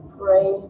pray